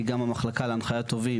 כי גם המחלקה להנחיית טובים,